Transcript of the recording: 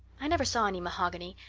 i never saw any mahogany,